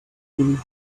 been